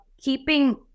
keeping